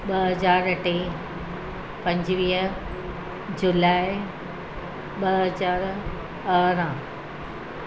ॿ हज़ार टे पंजवीह जुलाए ॿ हज़ार अरिड़ह